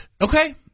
Okay